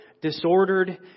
disordered